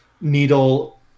needle